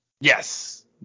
Yes